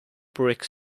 brick